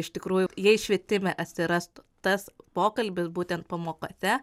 iš tikrųjų jei švietime atsirastų tas pokalbis būtent pamokose